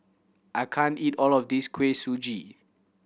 I can't eat all of this Kuih Suji